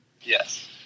Yes